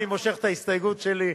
אני מושך את ההסתייגות שלי.